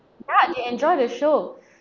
ya they enjoy the show